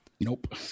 Nope